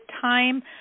Time